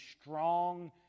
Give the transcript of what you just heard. strong